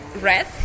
red